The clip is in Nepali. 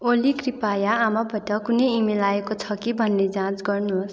ओली कृपाय आमाबाट कुनै इमेल आएको छ कि भनी जाँच गर्नुहोस्